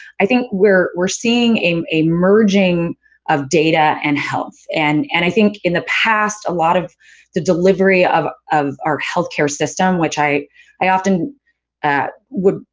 i think we're we're seeing a merging of data and health. and, and i think, in the past, a lot of the delivery of of our healthcare system, which i i often would,